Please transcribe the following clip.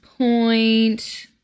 point